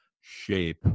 shape